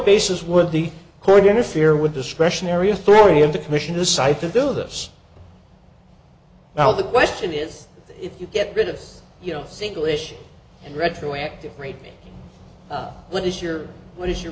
basis would the court interfere with discretionary authority in the commission decided to do this now the question is if you get rid of you know singlish and retroactive rate what is your what is your